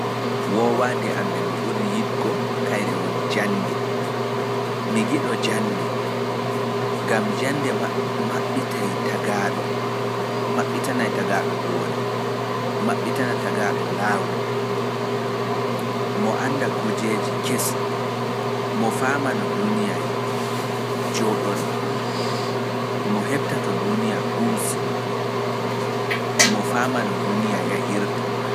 Woowande am nde mi ɓuri yiɗugo kaire woni jannde. Mi giɗɗo jannde gam jannde maɓɓitanai tagaaɗo hoore m.o annda kujeeji kesi, mo faama no duniya jooɗori e no yahirta